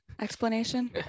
explanation